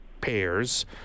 payers